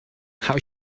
how